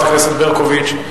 חברת הכנסת ברקוביץ,